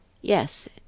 Yes